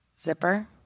Zipper